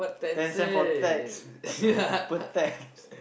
ten cents for text per text